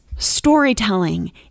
Storytelling